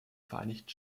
vereinigten